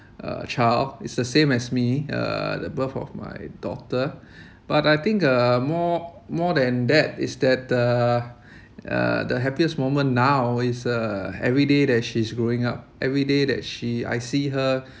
uh child it's the same as me uh the birth of my daughter but I think uh more more than that is that the uh the happiest moment now is uh every day that she's growing up every day that she I see her